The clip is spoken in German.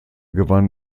gewann